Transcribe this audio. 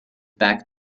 back